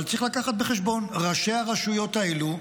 אבל צריך להביא בחשבון שראשי הרשויות האלה,